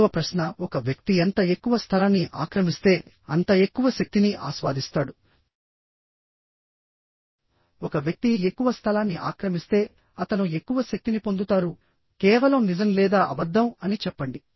మూడవ ప్రశ్న ఒక వ్యక్తి ఎంత ఎక్కువ స్థలాన్ని ఆక్రమిస్తే అంత ఎక్కువ శక్తిని ఆస్వాదిస్తాడు ఒక వ్యక్తి ఎక్కువ స్థలాన్ని ఆక్రమిస్తే అతను ఎక్కువ శక్తిని పొందుతారుకేవలం నిజం లేదా అబద్ధం అని చెప్పండి